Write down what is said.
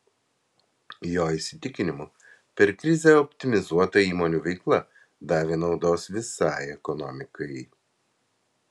jo įsitikinimu per krizę optimizuota įmonių veikla davė naudos visai ekonomikai